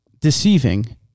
deceiving